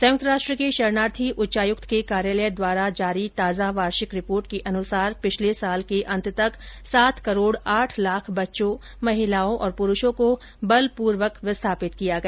संयुक्त राष्ट्र के शरणार्थी उच्चायुक्त के कार्यालय द्वारा जारी ताजा वार्षिक रिपोर्ट के अनुसार पिछले वर्ष के अंत तक सात करोड़ आठ लाख बच्चों महिलाओं और प्रुषों को बल पूर्वक विस्थापित किया गया